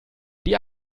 die